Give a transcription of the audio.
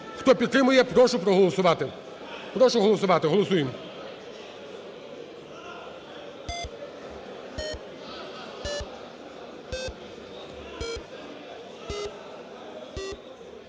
Хто підтримує, прошу проголосувати. Прошу голосувати. Голосуємо.